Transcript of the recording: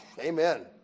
amen